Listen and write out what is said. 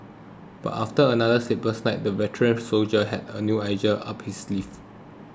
but after another sleepless night the veteran soldier had a new idea up his sleeve